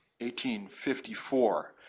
1854